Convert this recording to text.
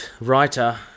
writer